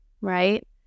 right